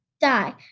die